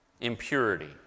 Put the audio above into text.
impurity